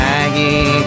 Maggie